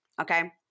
Okay